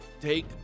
Take